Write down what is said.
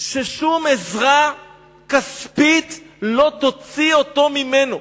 ששום עזרה כספית לא תוציא אותו ממנו.